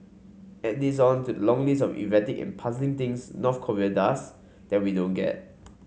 add this on to long list of erratic and puzzling things North Korea does that we don't get